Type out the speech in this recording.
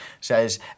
says